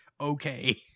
okay